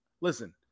listen